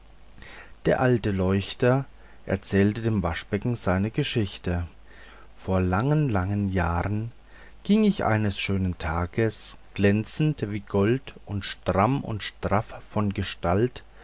der alte leuchter erzählte dem waschbecken seine geschichte vor langen langen jahren ging ich eines schönen tages glänzend wie gold und stramm und straff von gestalt